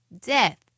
death